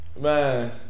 man